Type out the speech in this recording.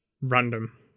random